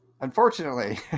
Unfortunately